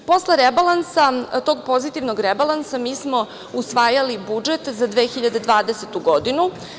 Posle rebalansa, tog pozitivnog rebalansa mi smo usvajali budžet za 2020. godinu.